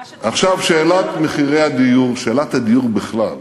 עכשיו, שאלת מחירי הדיור, שאלת הדיור בכלל,